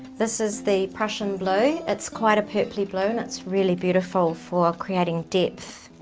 this is the prussian blue, its quite a purply blue and it's really beautiful for creating depth.